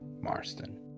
Marston